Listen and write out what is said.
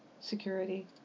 security